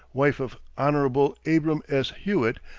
wife of hon. abram s. hewitt,